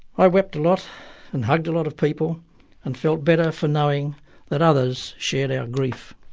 i wept a lot and hugged a lot of people and felt better for knowing that others shared our grief.